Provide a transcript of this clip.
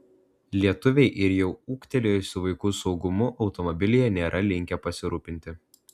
lietuviai ir jau ūgtelėjusių vaikų saugumu automobilyje nėra linkę pasirūpinti